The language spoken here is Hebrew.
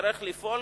נצטרך לפעול,